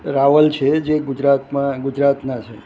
રાવલ છે જે ગુજરાતના છે